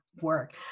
Work